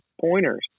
pointers